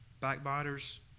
backbiters